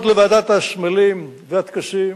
ועדת הסמלים והטקסים,